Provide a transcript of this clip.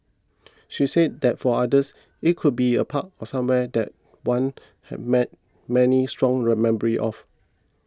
she says that for others it could be a park or somewhere that one has mat many strong read memories of